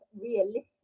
realistic